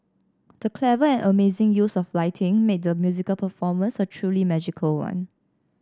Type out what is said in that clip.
the clever and amazing use of lighting made the musical performance a truly magical one